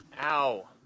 Ow